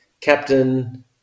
Captain